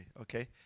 Okay